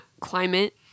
climate